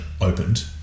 opened